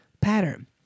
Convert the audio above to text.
pattern